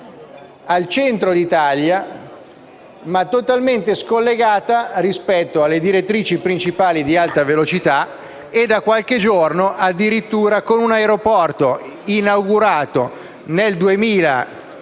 al centro d'Italia ma totalmente scollegata rispetto alle direttrici principali di alta velocità e, da qualche giorno, addirittura con un aeroporto inaugurato nel 2012,